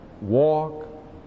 walk